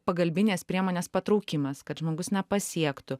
pagalbinės priemonės patraukimas kad žmogus nepasiektų